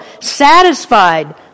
satisfied